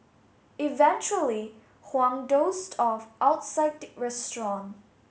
eventually Huang dozed off outside the restaurant